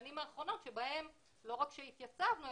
השנים האחרונות שבהן לא רק שהתייצבנו,